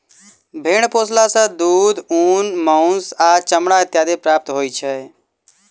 भेंड़ पोसला सॅ दूध, ऊन, मौंस आ चमड़ा इत्यादि प्राप्त होइत छै